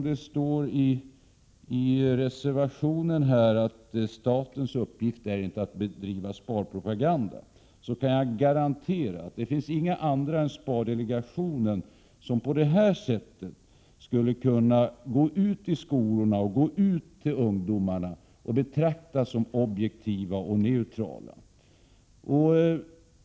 Det står i reservationen att statens uppgift inte är att bedriva sparpropaganda, men jag kan garantera att det finns inga andra än spardelegationen som på det här sättet skulle kunna gå ut i skolorna och till ungdomarna och betraktas som objektiva och neutrala.